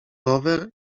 rower